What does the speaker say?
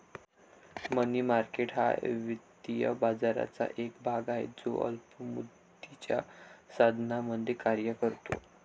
मनी market हा वित्तीय बाजाराचा एक भाग आहे जो अल्प मुदतीच्या साधनांमध्ये कार्य करतो